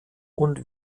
und